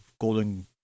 golden